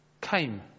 came